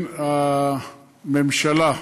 אני חושב ששיתוף הפעולה בין הממשלה,